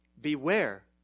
Beware